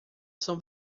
são